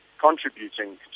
contributing